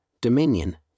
dominion